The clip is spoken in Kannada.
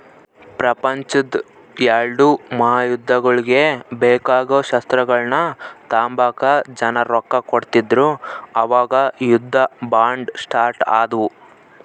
ಪ್ರಪಂಚುದ್ ಎಲ್ಡೂ ಮಹಾಯುದ್ದಗುಳ್ಗೆ ಬೇಕಾಗೋ ಶಸ್ತ್ರಗಳ್ನ ತಾಂಬಕ ಜನ ರೊಕ್ಕ ಕೊಡ್ತಿದ್ರು ಅವಾಗ ಯುದ್ಧ ಬಾಂಡ್ ಸ್ಟಾರ್ಟ್ ಆದ್ವು